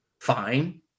fine